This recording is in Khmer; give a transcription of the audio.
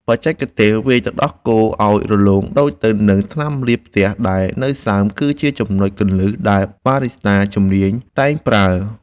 បច្ចេកទេសវាយទឹកដោះគោឱ្យរលោងដូចទៅនឹងថ្នាំលាបផ្ទះដែលនៅសើម គឺជាចំណុចគន្លឹះដែលបារីស្តាជំនាញតែងប្រើ។